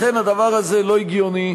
לכן הדבר הזה לא הגיוני,